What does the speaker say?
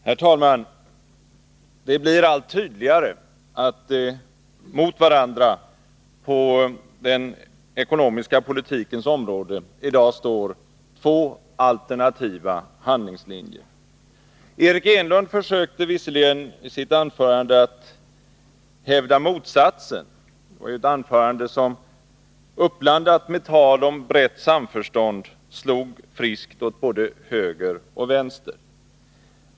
Herr talman! Det blir allt tydligare att mot varandra på den ekonomiska politikens område står i dag två alternativa handlingslinjer. Eric Enlund försökte visserligen hävda motsatsen i ett anförande där han samtidigt som han talade om ett brett samförstånd slog friskt åt både höger och vänster.